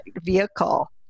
vehicle